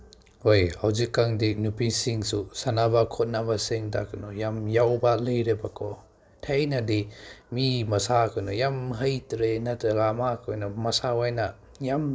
ꯍꯣꯏ ꯍꯧꯖꯤꯛ ꯀꯥꯟꯗꯤ ꯅꯨꯄꯤꯁꯤꯡꯁꯨ ꯁꯥꯟꯅꯕ ꯈꯣꯠꯅꯕꯁꯤꯡꯗ ꯀꯩꯅꯣ ꯌꯥꯝ ꯌꯥꯎꯕ ꯂꯩꯔꯦꯕꯀꯣ ꯊꯥꯏꯅꯗꯤ ꯃꯤ ꯃꯁꯥ ꯀꯩꯅꯣ ꯌꯥꯝ ꯍꯩꯇ꯭ꯔꯦ ꯅꯠꯇ꯭ꯔꯒ ꯃꯥ ꯀꯩꯅꯣ ꯃꯁꯥ ꯑꯣꯏꯅ ꯌꯥꯝ